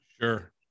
Sure